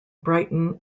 brighton